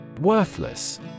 Worthless